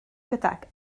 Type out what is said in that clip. gydag